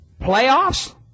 Playoffs